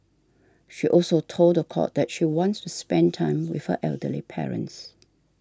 she also told the court that she wants to spend time with her elderly parents